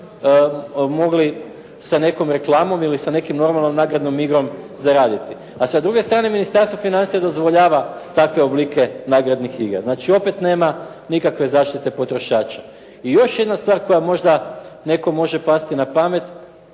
mogli sa nekom reklamom ili sa nekom normalnom nagradnom igrom zaraditi. A sa druge strane Ministarstvo financija dozvoljava takve oblike nagradnih igara. Znači, opet nema nikakve zaštite potrošača. I još jedna stvar koja možda nekom može pasti na pamet,